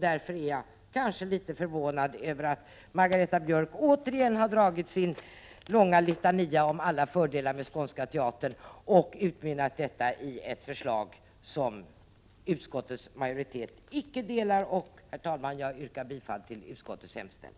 Därför är jag litet förvånad över att Margareta Mörck återigen har dragit sin långa litania om alla fördelar om Skånska teatern och låtit den utmynna i ett förslag som utskottets majoritet inte delar. Herr talman! Jag yrkar bifall till utskottets hemställan.